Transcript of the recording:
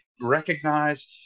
recognize